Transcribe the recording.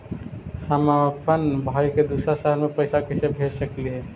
हम अप्पन भाई के दूसर शहर में पैसा कैसे भेज सकली हे?